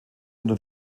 unter